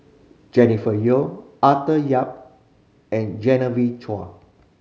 Jennifer Yeo Arthur Yap and Genevieve Chua